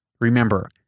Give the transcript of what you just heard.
remember